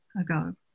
ago